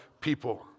people